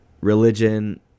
religion